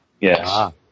Yes